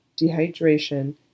dehydration